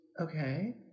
Okay